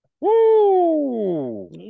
Woo